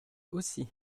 aussi